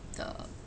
the